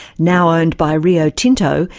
now owned by rio tinto,